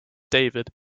david